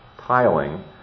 tiling